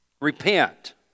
Repent